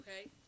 okay